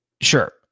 sure